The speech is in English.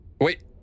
Wait